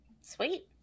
Sweet